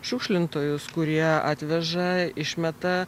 šiukšlintojus kurie atveža išmeta